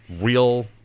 real